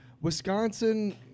Wisconsin